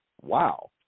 wow